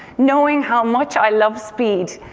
knowing how much i loved speed,